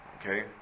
okay